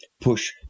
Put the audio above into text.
push